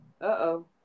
Uh-oh